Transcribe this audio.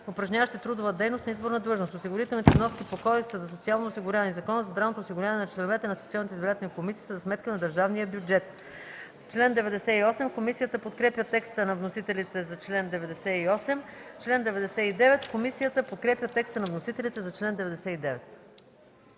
упражняващи трудова дейност на изборна длъжност. Осигурителните вноски по Кодекса за социално осигуряване и Закона за здравното осигуряване на членовете на секционните избирателни комисии са за сметка на държавния бюджет.” Комисията подкрепя текста на вносителите за чл. 98. Комисията подкрепя текста на вносителите за чл. 99.